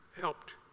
helped